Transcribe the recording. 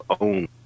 own